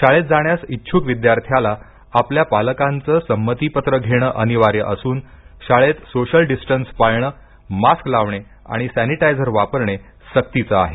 शाळेत जाण्यास इच्छुक विद्यार्थ्याला आपल्या पालकांचे संमतीपत्र घेणे अनिवार्य असून शाळेत सोशल डिस्टनस पाळणे मास्क लावणे आणि सॅनीटायजर वापरणे सक्तीचे आहे